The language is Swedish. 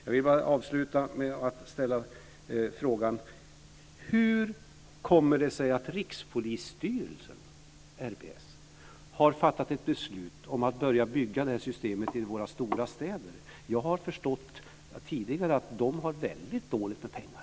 Jag vill avsluta med att ställa frågan hur det kommer sig att Rikspolisstyrelsen - RPS - har fattat ett beslut om att börja bygga detta system i våra stora städer. Jag har tidigare förstått att den har väldigt dåligt med pengar.